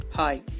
Hi